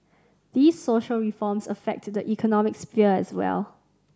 these social reforms affect the economic sphere as well